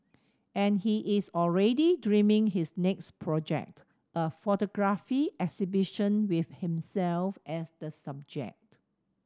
and he is already dreaming his next project a photography exhibition with himself as the subject